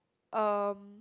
erm